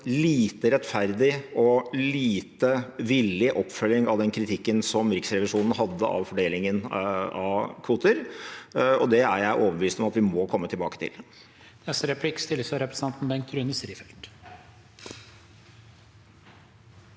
lite rettferdig og lite villig oppfølging av den kritikken Riksrevisjonen hadde av fordelingen av kvoter, og det er jeg overbevist om at vi må komme tilbake til.